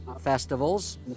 festivals